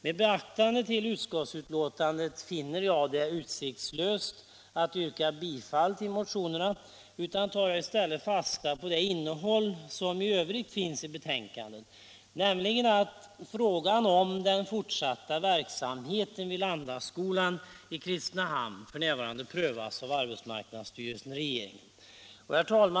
Med hänsyn härtill finner jag det utsiktslöst att yrka bifall till dem. Jag tar i stället fasta på betänkandets innehåll i övrigt, nämligen att frågan om den fortsatta verksamheten vid Landaskolan i Kristinehamn f.n. prövas av arbetsmarknadsstyrelsen och regeringen.